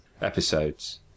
episodes